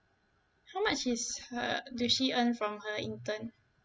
how much is uh did she earn from her intern